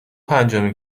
پنجمین